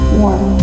warm